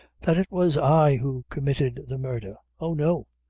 that it was i who committed the murdher oh no!